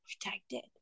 protected